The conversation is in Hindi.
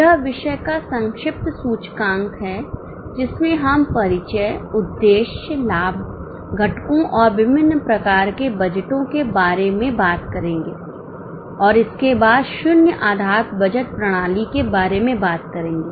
यह विषय का संक्षिप्त सूचकांक है जिसमें हम परिचय उद्देश्य लाभ घटकों और विभिन्न प्रकार के बजटों के बारे में बात करेंगे और इसके बाद शून्य आधार बजट प्रणाली के बारे में बात करेंगे